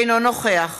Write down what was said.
אינו נוכח